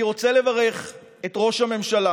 אני רוצה לברך את ראש הממשלה